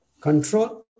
control